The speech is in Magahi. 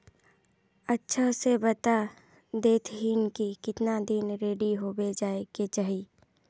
अच्छा से बता देतहिन की कीतना दिन रेडी होबे जाय के चही?